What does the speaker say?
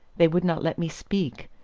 they would not let me speak.